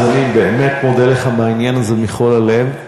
אז אני באמת מודה לך בעניין הזה מכל הלב.